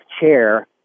chair